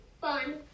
fun